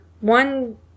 one